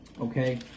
Okay